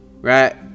right